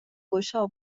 گشا